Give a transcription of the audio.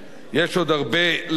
יש עוד הרבה לעשות,